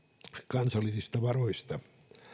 kansallisista varoista